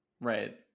Right